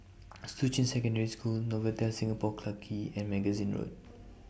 Shuqun Secondary School Novotel Singapore Clarke Quay and Magazine Road